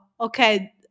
okay